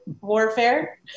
warfare